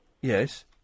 Yes